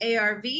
ARV